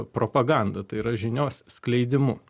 propaganda tai yra žinios skleidimu